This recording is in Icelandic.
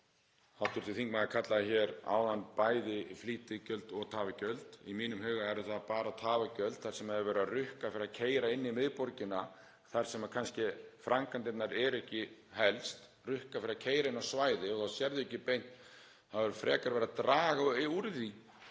sem hv. þingmaður kallaði hér áðan bæði flýtigjöld og tafagjöld. Í mínum huga eru það bara tafagjöld þar sem verið er að rukka fyrir að keyra inn í miðborgina þar sem framkvæmdirnar eru kannski ekki helst, rukka fyrir að keyra inn á svæði og þá sérðu ekki beint — það er frekar verið að draga úr því,